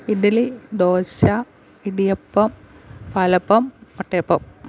idli dosa idiyappam palappam വട്ടയപ്പം